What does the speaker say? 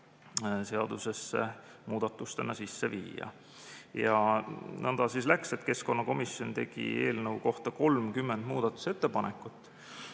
seadusesse muudatustena sisse viia. Nõnda siis läks, et keskkonnakomisjon tegi eelnõu kohta 30 muudatusettepanekut.